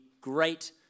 great